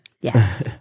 Yes